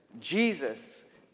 Jesus